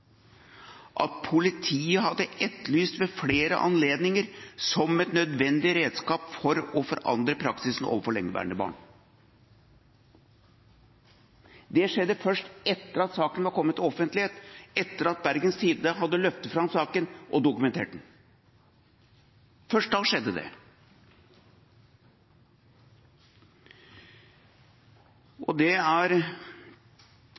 at politiet ved flere anledninger hadde etterlyst som et nødvendig redskap for å forandre praksisen overfor lengeværende barn. Det skjedde først etter at saken var kommet til offentligheten, etter at Bergens Tidende hadde løftet fram saken og dokumentert den. Først da skjedde det. Jeg mener at det er